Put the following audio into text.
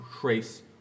trace